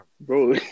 Bro